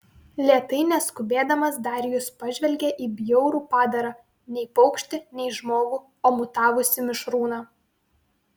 lėtai neskubėdamas darijus pažvelgė į bjaurų padarą nei paukštį nei žmogų o mutavusį mišrūną